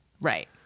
Right